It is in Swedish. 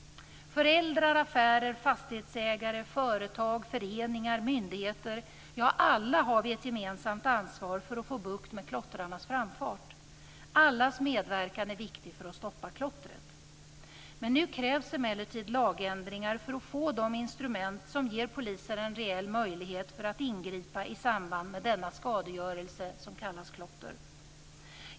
Föräldrar, affärer, fastighetsägare, företag, föreningar, myndigheter, ja alla har vi ett gemensamt ansvar för att få bukt med klottrarnas framfart. Allas medverkan är viktig för att stoppa klottret. Nu krävs emellertid lagändringar för att få de instrument som ger polisen en reell möjlighet för att ingripa i samband med denna skadegörelse som kallas klotter.